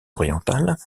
orientales